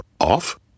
off